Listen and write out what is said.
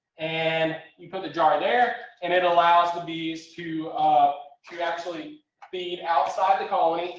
and you put the jar there and it allows the bees to ah to actually feed outside the colony.